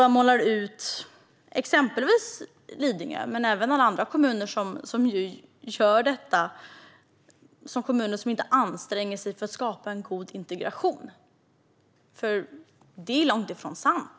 Man målar ut såväl Lidingö som alla andra kommuner som gör detta som kommuner som inte anstränger sig för att skapa en god integration. Det är långt ifrån sant.